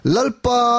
Lalpa